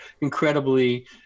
incredibly